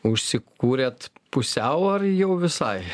užsikūrėt pusiau ar jau visai